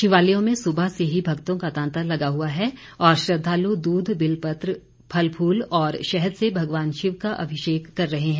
शिवालयों में सुबह से ही भक्तों का तांता लगा हुआ है और श्रद्धालु दूध बिलपत्र फल फूल और शहद से भगवान शिव का अभिषेक कर रहे हैं